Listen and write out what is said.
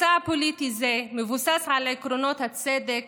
מצע פוליטי זה מבוסס על עקרונות הצדק